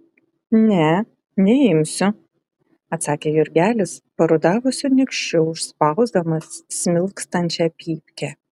ne neimsiu atsakė jurgelis parudavusiu nykščiu užspausdamas smilkstančią pypkę